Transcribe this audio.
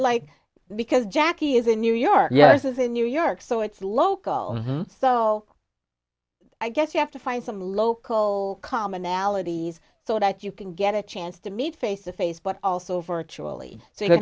like because jackie is in new york yes is in new york so it's local so i guess you have to find some local commonalities so that you can get a chance to meet face to face but also virtually s